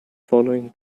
following